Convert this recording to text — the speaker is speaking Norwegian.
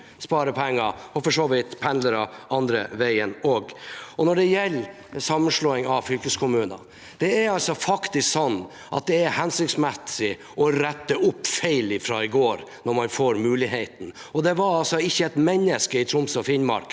vidt pendlere den andre veien også. Når det gjelder sammenslåing av fylkeskommuner: Det er faktisk sånn at det er hensiktsmessig å rette opp feil ifra i går når man får muligheten, og det var omtrent ikke et menneske i Troms og Finnmark